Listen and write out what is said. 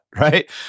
right